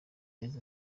yaheze